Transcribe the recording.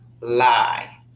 lie